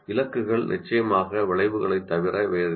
இலக்குகள் நிச்சயமாக விளைவுகளைத் தவிர வேறில்லை